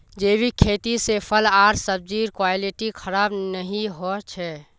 जैविक खेती से फल आर सब्जिर क्वालिटी खराब नहीं हो छे